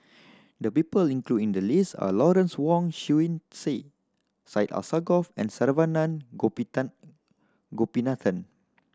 the people included in the list are Lawrence Wong Shyun Tsai Syed Alsagoff and Saravanan Gopinathan